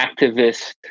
activist